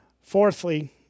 Fourthly